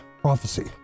prophecy